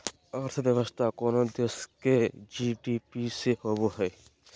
अर्थव्यवस्था कोनो देश के जी.डी.पी से होवो हइ